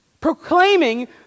proclaiming